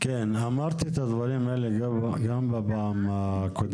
--- אמרת את הדברים האלה גם בפעם הקודמת.